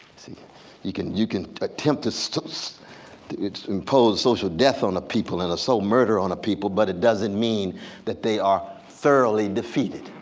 see, you can you can attempt to so so impose social death on a people and a soul murder on a people but it doesn't mean that they are thoroughly defeated,